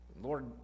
Lord